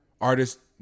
artists